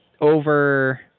over